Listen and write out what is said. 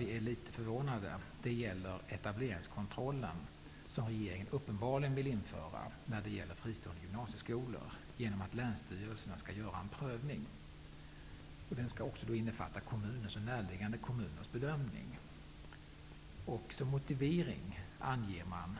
Vi är också förvånade över den etableringskontroll som regeringen uppenbarligen vill införa när det gäller fristående gymnasieskolor, genom att länsstyrelsen skall göra en prövning. Prövningen skall också innefatta kommunens och närliggande kommuners bedömning. Som motivering anger man